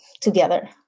together